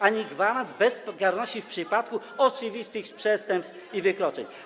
ani gwarant bezkarności w przypadku oczywistych przestępstw i wykroczeń.